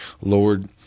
Lord